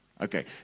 Okay